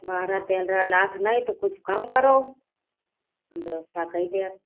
बारह पद्रह लाख नहीं तो कुछ कम करो हम व्यवस्था कई देव